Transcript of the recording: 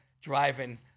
driving